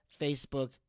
Facebook